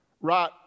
right